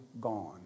gone